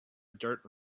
dirt